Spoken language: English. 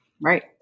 Right